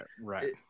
right